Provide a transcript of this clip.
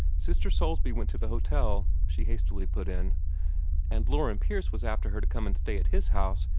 sister soulsby went to the hotel, she hastily put in and loren pierce was after her to come and stay at his house,